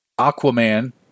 Aquaman